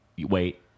Wait